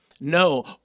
No